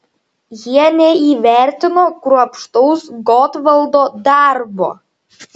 jie neįvertino kruopštaus gotvaldo darbo